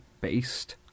based